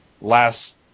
last